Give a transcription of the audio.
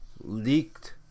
leaked